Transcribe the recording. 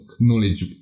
knowledge